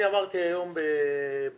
אני אמרתי היום בריאיון